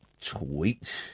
tweet